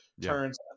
turns